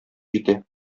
җитә